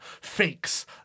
fakes